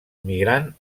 migrant